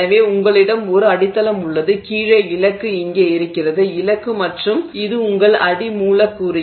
எனவே உங்களிடம் ஒரு அடித்தளம் உள்ளது கீழே இலக்கு இங்கே இருக்கிறது இலக்கு மற்றும் இது உங்கள் அடி மூலக்கூறு